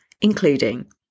including